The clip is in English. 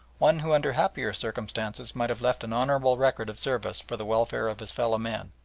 one who under happier circumstances might have left an honourable record of service for the welfare of his fellow-men.